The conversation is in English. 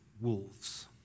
wolves